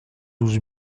douze